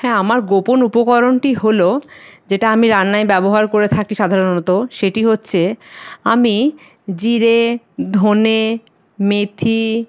হ্যাঁ আমার গোপন উপকরণটি হল যেটা আমি রান্নায় ব্যবহার করে থাকি সাধারণত সেটি হচ্ছে আমি জিরে ধনে মেথি